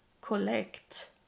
collect